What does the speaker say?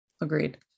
Agreed